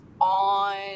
on